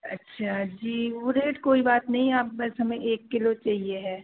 अच्छा जी वह रेट कोई बात नहीं आप बस हमें एक किलो चाहिए है